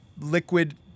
liquid